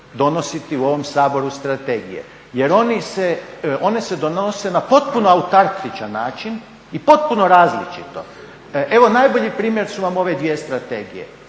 donositi u ovom Saboru strategije jer one se donose na potpuno autarkičan način i potpuno različito. Evo najbolji primjer su vam ove dvije strategije.